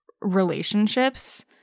relationships